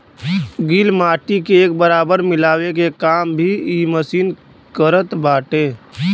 गिल माटी के एक बराबर मिलावे के काम भी इ मशीन करत बाटे